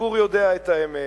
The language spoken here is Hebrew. הציבור יודע את האמת,